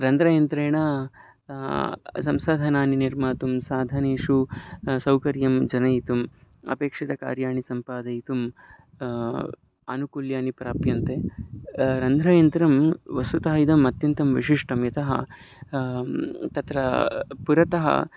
रन्ध्रयन्त्रेण संसाधनानि निर्मातुं साधनेषु सौकर्यं जनयितुं अपेक्षितकार्याणि सम्पादयितुं आनुकूल्यानि प्राप्यन्ते रन्ध्रयन्त्रं वस्तुतः इदम् अत्यन्तं विशिष्टं यतः तत्र पुरतः